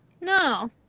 No